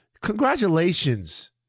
congratulations